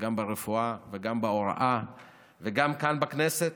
גם ברפואה וגם בהוראה וגם כאן בכנסת,